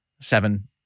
seven